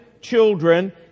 children